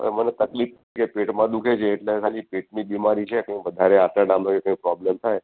હવે મને તકલીફ કે પેટમાં દુઃખે છે એટલે ખાલી પેટની બીમારી છે તો વધારે આંતરડાનો ય કંઈ પ્રોબ્લેમ થાય